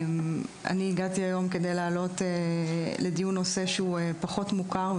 הגעתי היום כדי להעלות לדיון נושא שהוא פחות מוכר,